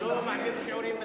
הוא לא מעביר שיעורים בסיעה?